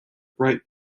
bright